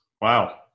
Wow